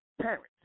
parents